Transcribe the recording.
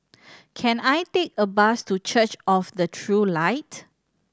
can I take a bus to Church of the True Light